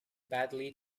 badly